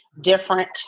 different